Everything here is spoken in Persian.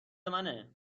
منه